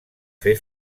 fer